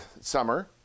summer